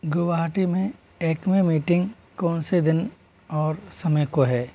गुवाहाटी में एक्मे मीटिंग कौन से दिन और समय को है